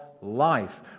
life